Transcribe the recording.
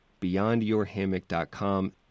beyondyourhammock.com